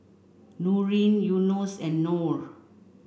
Nurin Yunos and Nor